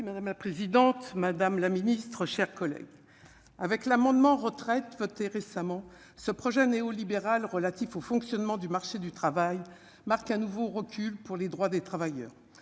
Merci madame la présidente, madame la Ministre, chers collègues, avec l'amendement retraites votée récemment ce projet néolibéral relatifs au fonctionnement du marché du travail marque un nouveau recul pour les droits des travailleurs